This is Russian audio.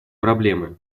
проблемы